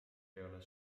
peale